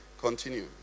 Continue